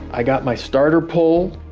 i got my starter pole.